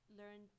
learn